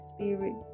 Spirit